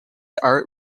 are